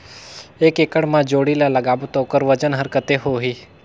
एक एकड़ मा जोणी ला लगाबो ता ओकर वजन हर कते होही?